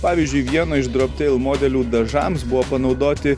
pavyzdžiui vieno iš droptail modelių dažams buvo panaudoti